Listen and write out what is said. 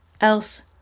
else